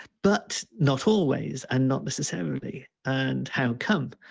but not always and not necessarily and how come?